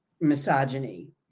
misogyny